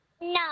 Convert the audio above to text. No